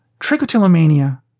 Trichotillomania